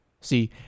See